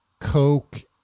Coke